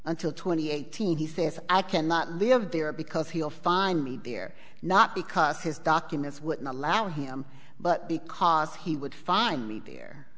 until twenty eighteen he said if i cannot live there because he'll find me there not because his documents would not allow him but because he would find me there